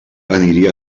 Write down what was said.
aniria